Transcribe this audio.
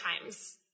times